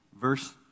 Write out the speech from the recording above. verse